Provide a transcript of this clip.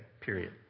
period